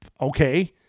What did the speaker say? Okay